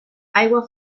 aigua